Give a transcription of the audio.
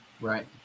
Right